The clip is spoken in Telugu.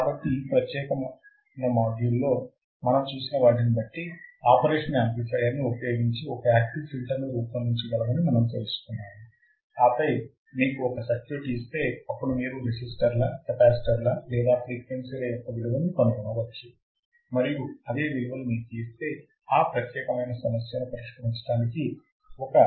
కాబట్టి ఈ ప్రత్యేకమైన మాడ్యూల్లో మనం చూసిన వాటిని బట్టి ఆపరేషనల్ యాంప్లిఫయర్ ని ఉపయోగించి ఒక యాక్టివ్ ఫిల్టర్ ని రూపొందించగలమని మనము తెలుసుకున్నాము ఆపై మీకు ఒక సర్క్యూట్ ఇస్తే అప్పుడు మీరు రెసిస్టర్ల కెపాసిటర్ల లేదా ఫ్రీక్వెన్సీ యొక్క విలువలను కనుగొనవచ్చు మరియు అవే విలువలు మీకు ఇస్తే ఆ ప్రత్యేకమైన సమస్యను పరిష్కరించటానికి ఒక సర్క్యూట్ను రూపొందించగలరు